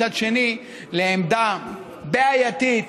מצד שני לעמדה בעייתית,